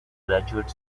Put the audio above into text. graduate